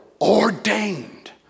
ordained